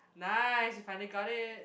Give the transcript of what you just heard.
nice you finally got it